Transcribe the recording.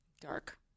dark